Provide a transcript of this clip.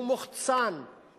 הוא מוחצן,